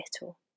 little